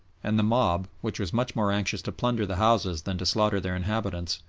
and the mob, which was much more anxious to plunder the houses than to slaughter their inhabitants,